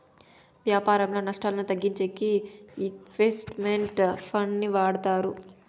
వ్యాపారంలో నష్టాలను తగ్గించేకి ఇన్వెస్ట్ మెంట్ ఫండ్ ని వాడతారు